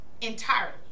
entirely